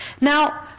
Now